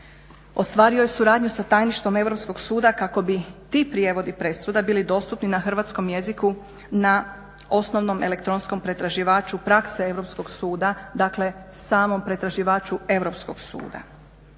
ostvario je suradnju sa tajništvom Europskog suda kako bi ti prijevodi presuda bili dostupni na hrvatskom jeziku na osnovnom elektronskom pretraživaču prakse Europskog suda, dakle samom pretraživaču Europskog suda.